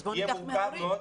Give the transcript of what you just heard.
יהיה מורכב מאוד.